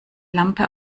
lampe